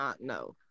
No